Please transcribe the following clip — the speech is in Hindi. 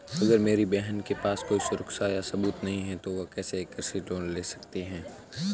अगर मेरी बहन के पास कोई सुरक्षा या सबूत नहीं है, तो वह कैसे एक कृषि लोन ले सकती है?